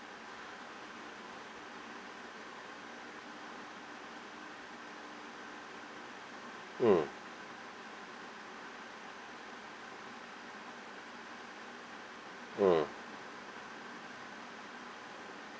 hmm hmm